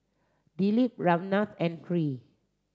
Dilip Ramnath and Hri